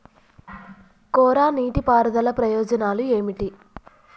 కోరా నీటి పారుదల ప్రయోజనాలు ఏమిటి?